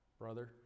brother